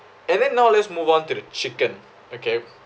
and then now let's move on to the chicken okay